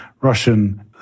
Russian